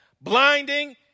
blinding